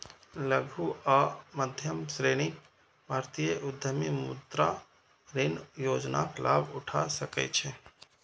लघु आ मध्यम श्रेणीक भारतीय उद्यमी मुद्रा ऋण योजनाक लाभ उठा सकै छै